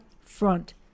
front